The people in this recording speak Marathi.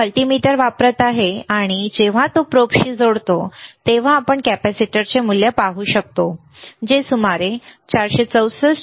तो मल्टीमीटर वापरत आहे आणि जेव्हा तो प्रोबशी जोडतो तेव्हा आपण कॅपेसिटरचे मूल्य पाहू शकतो जे सुमारे 464